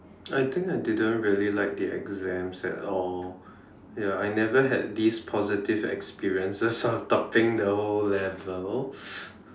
I think I didn't really like the exams at all ya I never had these positive experiences of topping the whole level